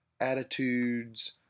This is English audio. attitudes